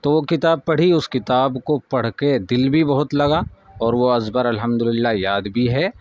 تو وہ کتاب پڑھی اس کتاب کو پڑھ کے دل بھی بہت لگا اور وہ ازبر الحمد للہ یاد بھی ہے